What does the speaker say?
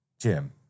Jim